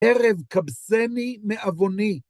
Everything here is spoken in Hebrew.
הרב כבסני מעווני